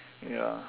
ya